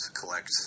collect